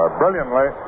brilliantly